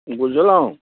बुझलहुँ